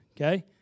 Okay